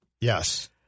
Yes